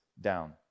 down